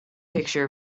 picture